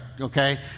okay